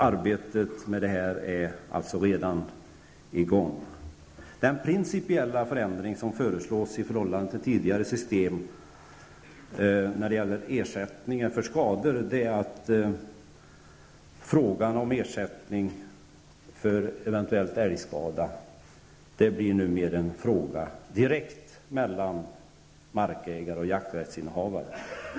Arbetet med detta är alltså redan i gång. Den principiella förändring som föreslås i förhållande till tidigare system när det gäller ersättning för skador, dvs. frågan om ersättning för eventuell älgskada, är att det blir mer en fråga direkt mellan markägare och jakträttsinnehavare.